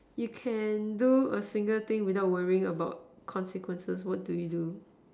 you can do a single thing without worrying about consequences what do you do